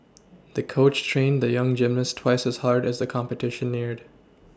the coach trained the young gymnast twice as hard as the competition neared